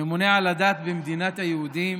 הממונה על הדת במדינת היהודים,